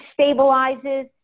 stabilizes